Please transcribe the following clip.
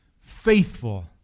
faithful